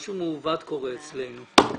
משהו מעוות קורה אצלנו.